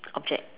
object